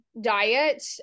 diet